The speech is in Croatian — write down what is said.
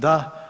Da.